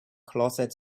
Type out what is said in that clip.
closet